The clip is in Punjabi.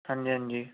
ਹਾਂਜੀ ਹਾਂਜੀ